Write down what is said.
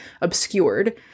obscured